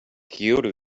kyoto